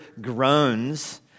groans